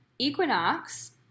equinox